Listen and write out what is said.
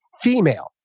female